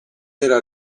era